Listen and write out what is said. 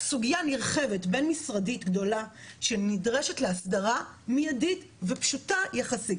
סוגיה נרחבת בין משרדית גדולה שנדרשת לה הסדרה מידית ופשוטה יחסית.